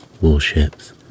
Warships